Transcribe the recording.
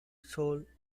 sol